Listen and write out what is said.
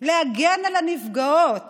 להגן על הנפגעות